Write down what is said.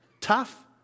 Tough